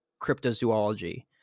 cryptozoology